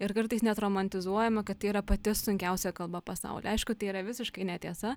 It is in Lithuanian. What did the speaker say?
ir kartais net romantizuojama kad tai yra pati sunkiausia kalba pasauly aišku tai yra visiškai netiesa